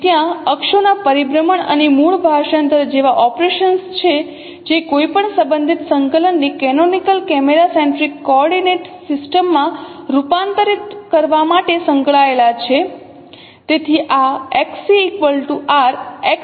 તેથી ત્યાં અક્ષોના પરિભ્રમણ અને મૂળ ભાષાંતર જેવા ઓપરેશન્સ છે જે કોઈપણ સંબંધિત સંકલનને કેનોનિકલ કેમેરા સેન્ટ્રિક કોઓર્ડિનેંટ સિસ્ટમમાં રૂપાંતરિત કરવા માટે સંકળાયેલા છે